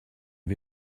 wir